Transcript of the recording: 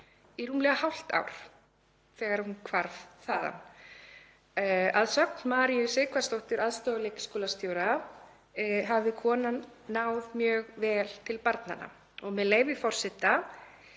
í rúmlega hálft ár þegar hún hvarf þaðan. Að sögn Maríu Sighvatsdóttir aðstoðarleikskólastjóra hafði konan náð mjög vel til barnanna og, með leyfi forseta,